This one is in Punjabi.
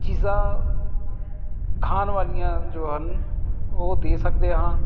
ਚੀਜ਼ਾਂ ਖਾਣ ਵਾਲੀਆਂ ਜੋ ਹਨ ਉਹ ਦੇ ਸਕਦੇ ਹਾਂ